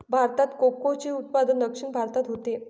भारतात कोकोचे उत्पादन दक्षिण भारतात होते